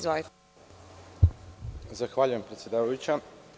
Zahvaljujem, predsedavajuća.